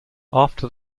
after